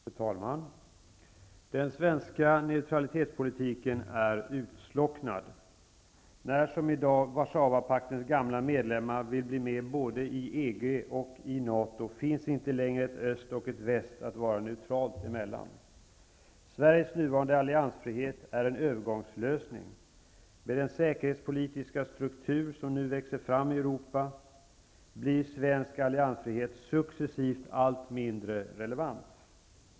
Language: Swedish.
Fru talman! Den svenska neutralitetspolitiken är utslocknad. Det finns inte längre ett öst och ett väst att vara neutralt emellan när Warszawapaktens gamla medlemmar i dag vill bli med i både EG och NATO. Sveriges nuvarande alliansfrihet är en övergångslösning. Med den säkerhetspolitiska struktur som nu växer fram i Europa blir svensk alliansfrihet successivt allt mindre relevant.